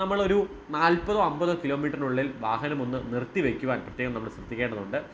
നമ്മളൊരു നാൽപതോ അമ്പതോ കിലോമീറ്ററിനുള്ളിൽ വാഹനം ഒന്ന് നിർത്തി വയ്ക്കുവാൻ പ്രത്യേകം നമ്മൾ ശ്രദ്ധിക്കേണ്ടതുണ്ട്